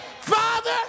Father